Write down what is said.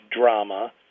drama